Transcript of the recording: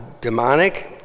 demonic